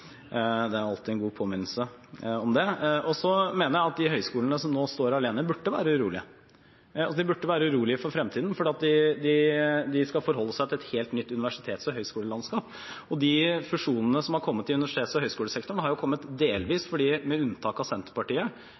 Det er alltid en god påminnelse om det. Så mener jeg at de høyskolene som nå står alene, burde være urolige. De burde være urolige for fremtiden fordi de skal forholde seg til et helt nytt universitets- og høyskolelandskap. De fusjonene som har kommet i universitets- og høyskolesektoren, har kommet fordi et ganske bredt flertall på Stortinget, med unntak av Senterpartiet